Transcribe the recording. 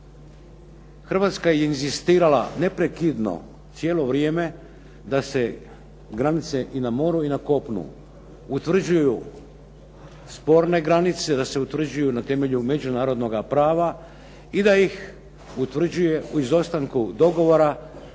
Hrvatska je inzistirala neprekidno cijelo vrijeme da se granice i na moru i na kopnu utvrđuju sporne granice, da se utvrđuju na temelju međunarodnoga prava i da ih utvrđuje u izostanku dogovora